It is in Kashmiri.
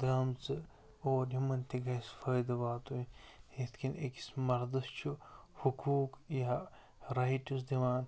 درٛامژٕ اور یِمن تہِ گَژھِ فٲیدٕ واتیُن یِتھ کٔنۍ أکِس مردس چھُ حقوٗق یا رایٹٕس دِوان